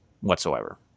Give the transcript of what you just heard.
whatsoever